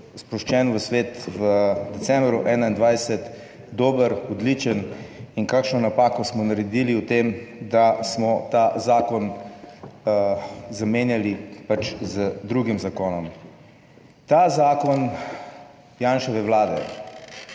spuščen v svet v decembru 2021, dober, odličen in kakšno napako smo naredili v tem, da smo ta zakon zamenjali pač z drugim zakonom. Ta zakon Janševe vlade